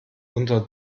unter